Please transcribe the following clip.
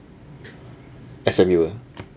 S_M_U ah